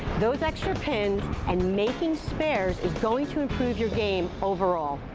those extra pins and making spares is going to improve your game overall.